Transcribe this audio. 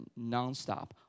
nonstop